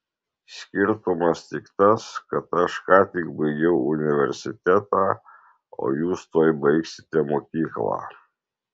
skirtumas tik tas kad aš ką tik baigiau universitetą o jūs tuoj baigsite mokyklą